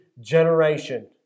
generation